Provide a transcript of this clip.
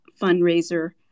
fundraiser